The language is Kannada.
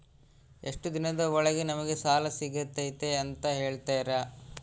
ಎಷ್ಟು ದಿನದ ಒಳಗೆ ನಮಗೆ ಸಾಲ ಸಿಗ್ತೈತೆ ಅಂತ ಹೇಳ್ತೇರಾ?